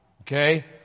Okay